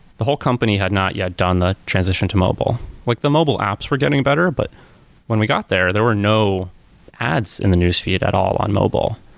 the whole company had not yet done the transition to mobile. like the mobile apps were getting better, but when we got there, there were no ads in the newsfeed at all on mobile.